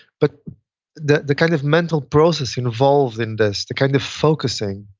but the the kind of mental process involved in this. the kind of focusing.